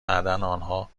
آنها